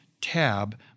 tab